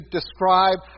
describe